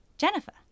Jennifer